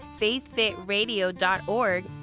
faithfitradio.org